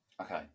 Okay